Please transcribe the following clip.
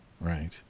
right